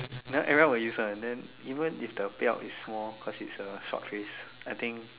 this one everyone will use one then even if the belt is small cause it's a short phrase I think